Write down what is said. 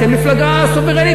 אתם מפלגה סוברנית.